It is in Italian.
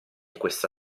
questa